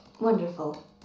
Wonderful